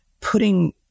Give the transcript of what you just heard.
putting